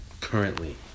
currently